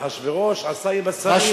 ואחשוורוש עשה עם השרים,